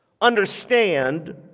understand